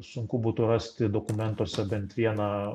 sunku būtų rasti dokumentuose bent vieną